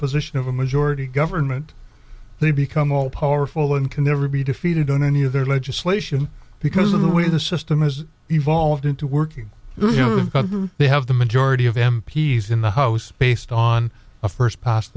position of a majority government they become all powerful and can never be defeated on any of their legislation because of the way the system has evolved into working they have the majority of m p s in the house based on a first pas